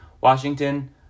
washington